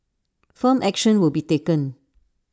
firm action will be taken